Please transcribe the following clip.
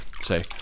say